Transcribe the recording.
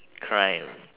crime